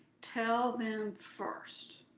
tell them first.